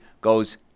goes